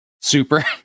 Super